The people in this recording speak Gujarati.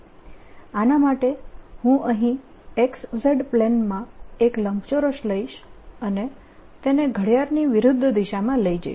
આના માટે હું અહીં XZ પ્લેનમાં એક લંબચોરસ લઈશ અને તેને ઘડિયાળની વિરુદ્ધ દિશામાં લઈ જઈશ